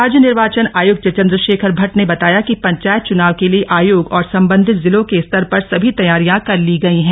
राज्य निर्वाचन आयुक्त चंद्रशेखर भट्ट ने बताया कि पंचायत चुनाव के लिए आयोग और संबंधित जिलों के स्तर पर सभी तैयारियां कर ली गई हैं